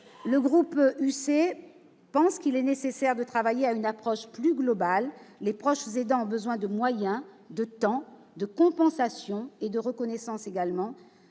Centriste pensent qu'il est nécessaire de travailler à une approche plus globale. Les proches aidants ont besoin de moyens, de temps, de compensations et de reconnaissance.